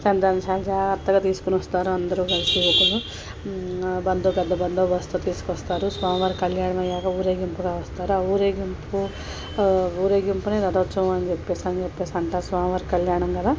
కానీ దాన్ని చాలా చాలా జాగ్రత్తగా తీసుకొని వస్తారు అందరూ కలిసి యువకులు బందో పెద్ద బందోబస్తు తీసుకొస్తారు స్వామివారి కళ్యాణం అయ్యాక ఊరేగింపుగా వస్తారు ఆ ఊరేగింపు ఆ ఊరేగింపుని రథోత్సవం అని చెప్పేసి అని చెప్పేసి అంటారు స్వామి వారి కళ్యాణం గదా